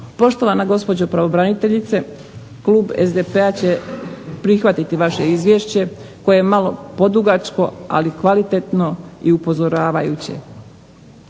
Poštovana gospođo pravobraniteljice klub SDP-a će prihvatiti vaše izvješće koje je malo podugačko, ali kvalitetno i upozoravajuće.